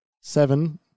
seven